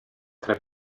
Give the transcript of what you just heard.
tre